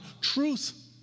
truth